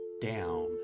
down